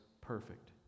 perfect